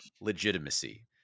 legitimacy